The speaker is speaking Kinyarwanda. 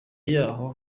yaho